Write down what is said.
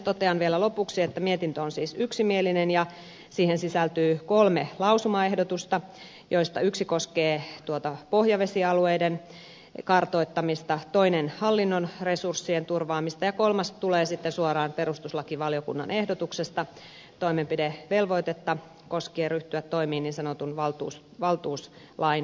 totean vielä lopuksi että mietintö on siis yksimielinen ja siihen sisältyy kolme lausumaehdotusta joista yksi koskee pohjavesialueiden kartoittamista toinen hallinnon resurssien turvaamista ja kolmas tulee suoraan perustuslakivaliokunnan ehdotuksesta toimenpidevelvoitetta koskien ryhtyä toimiin niin sanotun valtuuslain kumoamiseksi